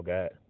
God